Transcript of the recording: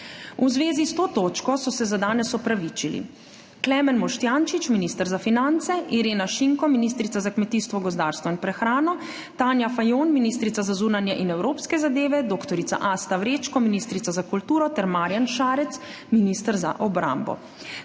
V zvezi s to točko so se za danes opravičili Klemen Boštjančič, minister za finance, Irena Šinko, ministrica za kmetijstvo, gozdarstvo in prehrano, Tanja Fajon, ministrica za zunanje in evropske zadeve, dr. Asta Vrečko, ministrica za kulturo, ter Marjan Šarec, minister za obrambo.